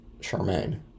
Charmaine